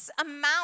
amount